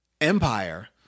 Empire